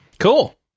Cool